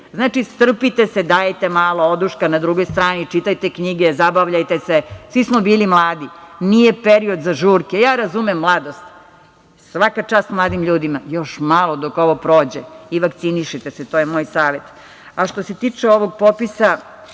Znači, strpite se, dajte malo oduška na drugoj strani, čitajte knjige, zabavljajte se. Svi smo bili mladi, nije period za žurke. Razumem mladost, svaka čast mladim ljudima. Još malo dok ovo prođe i vakcinišite se, to je moj savet. Što se tiče ovog popisa,